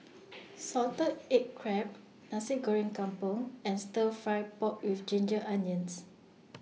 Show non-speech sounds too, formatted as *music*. *noise* Salted Egg Crab Nasi Goreng Kampung and Stir Fry Pork with Ginger Onions